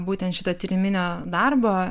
būtent šito tyriminio darbo